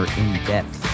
in-depth